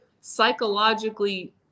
psychologically